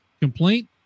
complaint